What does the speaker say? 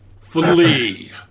Flee